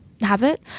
habit